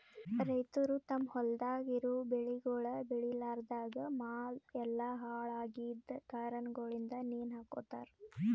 ರೈತುರ್ ತಮ್ ಹೊಲ್ದಾಗ್ ಇರವು ಬೆಳಿಗೊಳ್ ಬೇಳಿಲಾರ್ದಾಗ್ ಮಾಲ್ ಎಲ್ಲಾ ಹಾಳ ಆಗಿದ್ ಕಾರಣಗೊಳಿಂದ್ ನೇಣ ಹಕೋತಾರ್